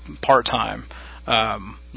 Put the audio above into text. part-time